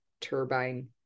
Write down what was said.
turbine